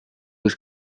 was